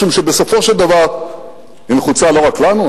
משום שבסופו של דבר היא נחוצה לא רק לנו,